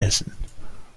essen